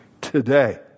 today